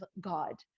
God